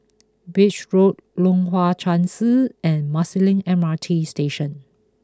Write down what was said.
Beach Road Leong Hwa Chan Si and Marsiling M R T Station